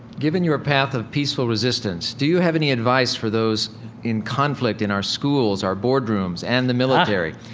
given your path of peaceful resistance, do you have any advice for those in conflict in our schools, our boardrooms, and the military?